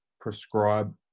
prescribe